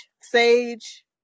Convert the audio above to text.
sage